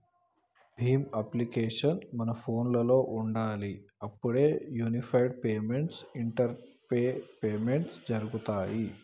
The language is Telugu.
భీమ్ అప్లికేషన్ మన ఫోనులో ఉండాలి అప్పుడే యూనిఫైడ్ పేమెంట్స్ ఇంటరపేస్ పేమెంట్స్ జరుగుతాయ్